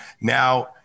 Now